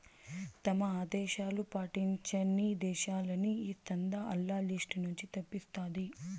తమ ఆదేశాలు పాటించని దేశాలని ఈ సంస్థ ఆల్ల లిస్ట్ నుంచి తప్పిస్తాది